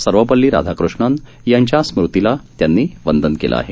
सर्वपल्ली राधाकृष्णन यांच्या स्मृतीला त्यांनी वंदन केलं आहे